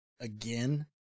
again